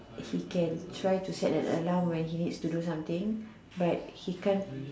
he can try to set an alarm when he needs to do something but he can't